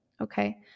okay